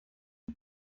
det